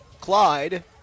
Clyde